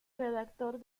redactor